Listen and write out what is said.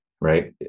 right